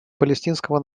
палестинского